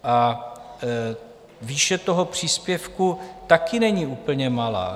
A výše toho příspěvku taky není úplně malá.